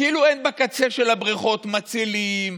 כאילו אין בקצה של הבריכות מצילים,